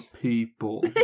people